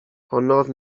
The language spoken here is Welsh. honnodd